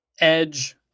Edge